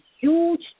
huge